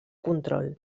control